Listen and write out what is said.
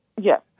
Yes